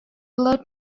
low